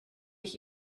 ich